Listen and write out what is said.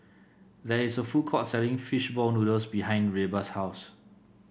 there is a food court selling fish ball noodles behind Reba's house